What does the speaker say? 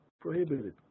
prohibited